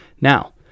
Now